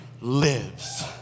lives